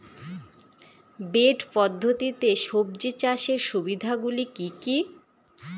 Bed পদ্ধতিতে সবজি চাষের সুবিধাগুলি কি কি?